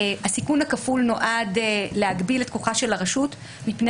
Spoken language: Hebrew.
הסיכון הכפול נועד להגביל את כוחה של הרשות מפני